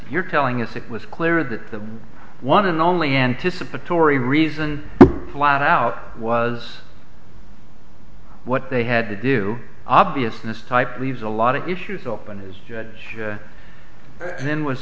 you're telling us it was clear that the one and only anticipatory reason flat out was what they had to do obviousness type leaves a lot of issues open his judge and then was